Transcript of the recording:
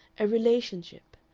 a relationship.